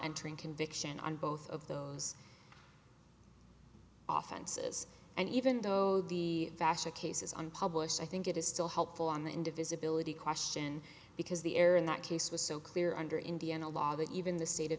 entering conviction on both of those offices and even though the basket cases unpublished i think it is still helpful on the indivisibility question because the error in that case was so clear under indiana law that even the state of